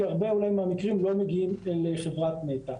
כי הרבה מהמקרים לא מגיעים לחברת נת"ע.